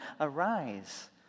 arise